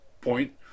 point